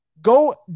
Go